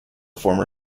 former